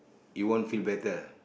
you won't feel better